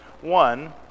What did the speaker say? one